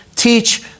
Teach